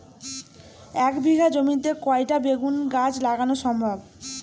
এক বিঘা জমিতে কয়টা বেগুন গাছ লাগানো সম্ভব?